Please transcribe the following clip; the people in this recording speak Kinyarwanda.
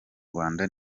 rwanda